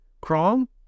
Chrome